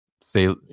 say